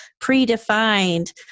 predefined